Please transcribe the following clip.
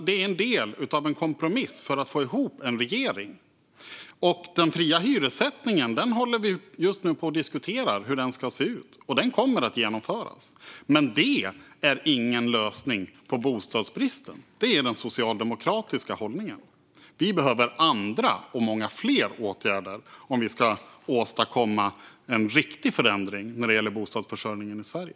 Det är en del av en kompromiss för att få ihop en regering. Och vi håller just nu på att diskutera hur den fria hyressättningen ska se ut. Den kommer att genomföras. Men det är ingen lösning på bostadsbristen. Det är den socialdemokratiska hållningen. Vi behöver andra och många fler åtgärder om vi ska åstadkomma en riktig förändring när det gäller bostadsförsörjningen i Sverige.